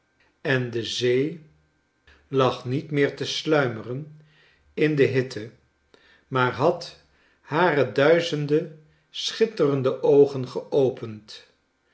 en de zee lag niet meer te sluimeren in de hitte maar had hare duizenden schitterende oogen geopend